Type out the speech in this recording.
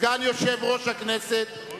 סגן יושב-ראש הכנסת,